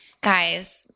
Guys